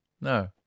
No